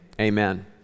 amen